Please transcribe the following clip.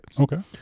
Okay